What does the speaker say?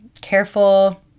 careful